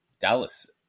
Dallas